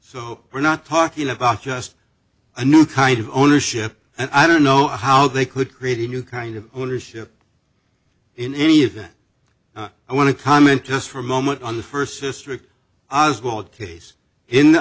hope we're not talking about just a new kind of ownership and i don't know how they could create a new kind of ownership in any event i want to comment because for a moment on the first district i